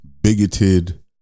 bigoted